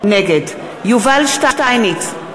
נגד יובל שטייניץ,